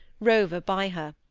rover by her.